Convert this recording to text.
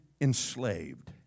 enslaved